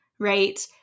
right